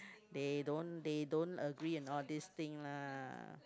they don't they don't agree in all this thing lah